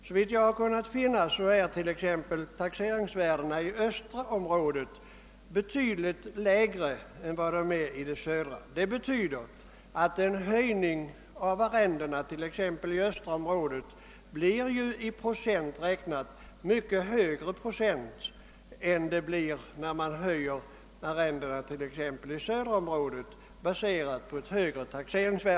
Såvitt jag kunnat finna är t.ex. taxeringsvärdena i östra området betydligt lägre än i södra. Detta betyder att en höjning av arrendena i östra området i procent räknat blir högre än en höjning av arrendena i södra området.